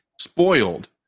spoiled